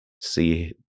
see